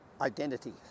identity